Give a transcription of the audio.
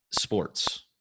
sports